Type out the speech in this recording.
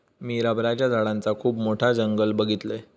मी रबराच्या झाडांचा खुप मोठा जंगल बघीतलय